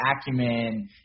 acumen